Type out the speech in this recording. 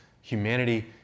humanity